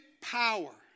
power